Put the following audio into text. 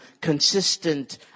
consistent